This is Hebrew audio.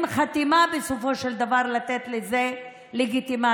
חתימה בסופו של דבר לתת לזה לגיטימציה.